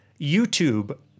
YouTube